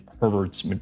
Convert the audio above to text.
Herbert's